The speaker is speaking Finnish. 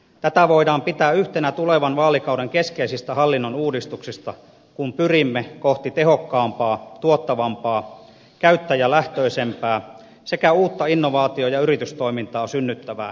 tätä voidaan pitää yhtenä tulevan vaalikauden keskeisistä hallinnon uudistuksista kun pyrimme kohti tehokkaampaa tuottavampaa käyttäjälähtöisempää sekä uutta innovaatio ja yritystoimintaa synnyttävää digitaalista suomea